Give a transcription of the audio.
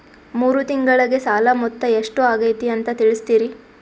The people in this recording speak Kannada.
ಮೂರು ತಿಂಗಳಗೆ ಸಾಲ ಮೊತ್ತ ಎಷ್ಟು ಆಗೈತಿ ಅಂತ ತಿಳಸತಿರಿ?